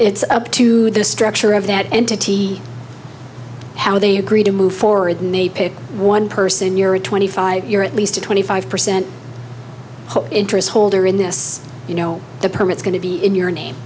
it's up to the structure of that entity how do you agree to move forward me pick one person you're at twenty five you're at least a twenty five percent interest holder in the us you know the permits going to be in your name